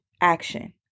action